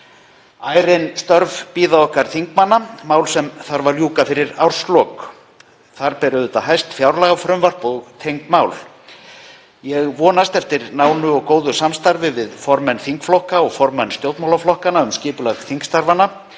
Ærin störf bíða okkar þingmanna, mál sem þarf að ljúka fyrir árslok. Þar ber auðvitað hæst fjárlagafrumvarp og tengd mál. Ég vonast eftir nánu og góðu samstarfi við formenn þingflokka og formenn stjórnmálaflokkanna um skipulag þingstarfanna